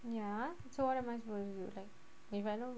ya so what am I supposed to do like if you know